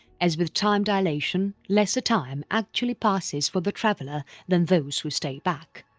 as with time dilation lesser time actually passes for the traveller than those who stay back,